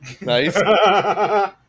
Nice